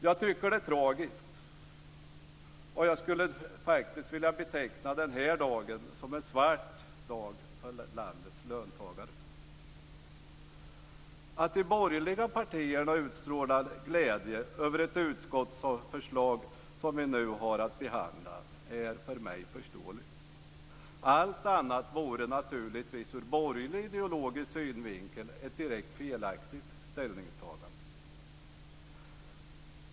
Jag tycker att det är tragiskt, och jag skulle vilja beteckna den här dagen som en svart dag för landets löntagare. Att de borgerliga partierna utstrålar glädje över det utskottsförslag som vi nu har att behandla är för mig förståeligt - allt annat vore naturligtvis ur borgerlig ideologisk synvinkel ett direkt felaktigt ställningstagande.